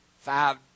five